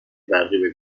برقی